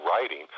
writing